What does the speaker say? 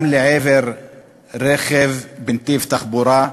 גם לעבר רכב בנתיב תחבורה.